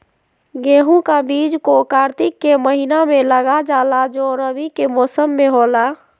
गेहूं का बीज को कार्तिक के महीना में लगा जाला जो रवि के मौसम में होला